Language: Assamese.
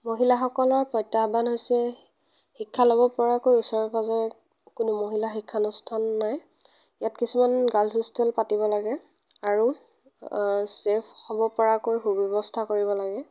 মহিলাসকলৰ প্ৰত্যাহ্বান হৈছে শিক্ষা ল'ব পৰাকৈ ওচৰে পাজৰে কোনো মহিলা শিক্ষানুষ্ঠান নাই ইয়াত কিছুমান গাৰ্লছ হোষ্টেল পাতিব লাগে আৰু চেভ হ'ব পৰাকৈ সুব্যৱস্থা কৰিব লাগে